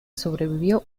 sobrevivió